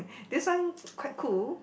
this one quite cool